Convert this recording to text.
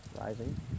Rising